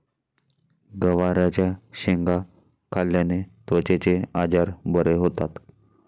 गवारच्या शेंगा खाल्ल्याने त्वचेचे आजार बरे होतात